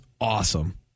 awesome